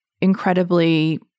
incredibly